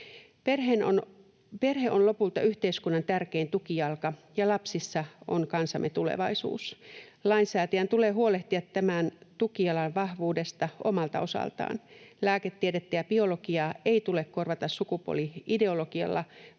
Perhe on lopulta yhteiskunnan tärkein tukijalka, ja lapsissa on kansamme tulevaisuus. Lainsäätäjän tulee huolehtia tämän tukijalan vahvuudesta omalta osaltaan. Lääketiedettä ja biologiaa ei tule korvata sukupuoli-ideologialla,